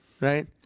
Right